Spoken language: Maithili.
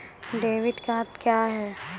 डेबिट कार्ड क्या हैं?